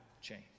change